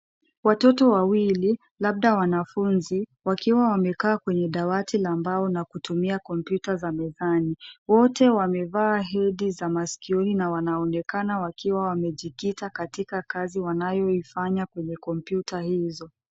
Watoto wawili, labda wanafunzi wakiwa wamekaa kwenye dawati la mbao na kutumia kompyuta za mezani. Wote wamevaa hedi za masikioni na wanaonekana wakiwa wamejikita katika kazi wanayoifanya kwenye kompyuta hizo.